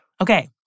Okay